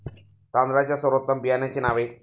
तांदळाच्या सर्वोत्तम बियाण्यांची नावे?